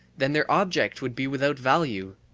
then their object would be without value.